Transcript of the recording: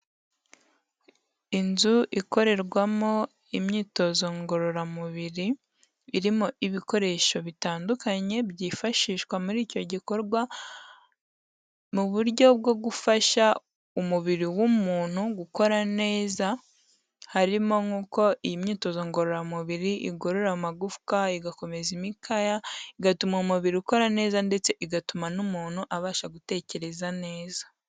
Inzu ikorerwamo imyitozo ngororamubiri, irimo ibikoresho bitandukanye byifashishwa muri icyo gikorwa mu buryo bwo gufasha umubiri w'umuntu gukora neza, harimo nk'uko iyi myitozo ngororamubiri igorora amagufwa, igakomeza imikaya, igatuma umubiri ukora neza ndetse igatuma n'umuntu abasha gutekereza neza.